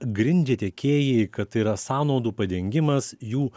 grindžia tiekėjai kad tai yra sąnaudų padengimas jų